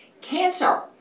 cancer